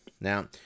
Now